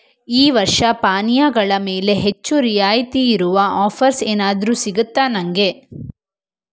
ಈ ವರ್ಷ ಪಾನೀಯಗಳ ಮೇಲೆ ಹೆಚ್ಚು ರಿಯಾಯಿತಿಯಿರುವ ಆಫರ್ಸ್ ಏನಾದರೂ ಸಿಗುತ್ತಾ ನನಗೆ